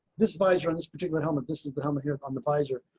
this was run this particular helmet. this is the helmet here on the pleasure.